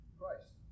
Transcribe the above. christ